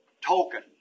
Token